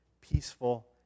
peaceful